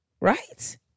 Right